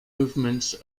movements